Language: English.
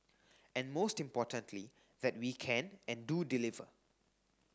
and most importantly that we can and do deliver